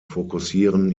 fokussieren